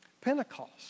Pentecost